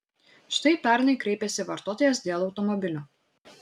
štai pernai kreipėsi vartotojas dėl automobilio